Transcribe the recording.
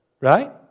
right